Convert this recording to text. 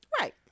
Right